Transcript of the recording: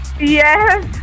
Yes